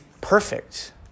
perfect